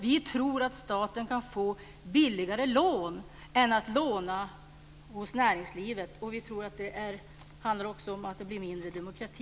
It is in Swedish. Vi tror att det går att få billigare lån via staten än via näringslivet - där det också kan bli mindre demokrati.